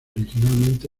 originalmente